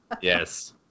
Yes